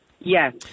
Yes